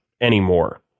anymore